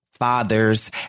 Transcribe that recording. fathers